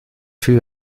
viel